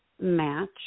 match